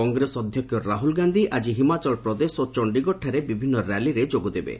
କଂଗ୍ରେସ ଅଧ୍ୟକ୍ଷ ରାହୁଲ ଗାନ୍ଧି ଆଜି ହିମାଚଳ ପ୍ରଦେଶ ଓ ଚଣ୍ଡିଗଡ଼ଠାରେ ବିଭିନ୍ନ ର୍ୟାଲିରେ ଯୋଗ ଦେବେ